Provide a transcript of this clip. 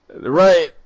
right